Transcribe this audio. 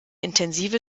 intensive